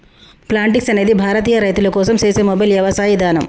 Plantix అనేది భారతీయ రైతుల కోసం సేసే మొబైల్ యవసాయ ఇదానం